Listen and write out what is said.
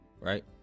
right